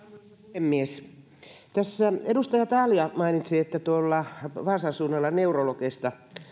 puhemies edustaja talja mainitsi että tuolla vaasan suunnalla neurologeista